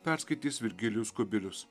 perskaitys virgilijus kubilius